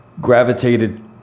gravitated